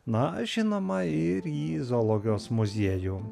na žinoma ir į zoologijos muziejų